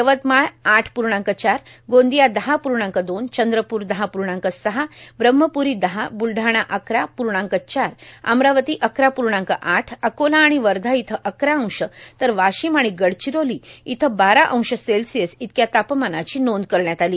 यवतमाळ आठ पूर्णांक चार गोंदिया दहा पूर्णांक दोन चंद्रपूर दहा पूर्णांक सहा ब्रम्हपूरी दहा बुलढाणा अकरा पूर्णांक चार अमरावती अकरा पूर्णांक आठ अकोला आणि वर्धा इथं अकरा अंश तर वाशिम आणि गडचिरोली इथं बारा अंश सेल्सिअस इतक्या तापमानाची नोंद करण्यात आली